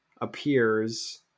appears